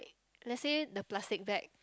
let say the plastic bag